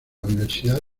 universidad